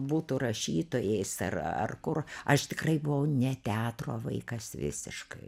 būtų rašytojais ar ar kur aš tikrai buvau ne teatro vaikas visiškai